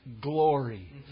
glory